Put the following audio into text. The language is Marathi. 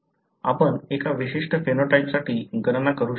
आपण एका विशिष्ट फेनोटाइपसाठी गणना करू शकता